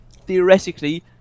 theoretically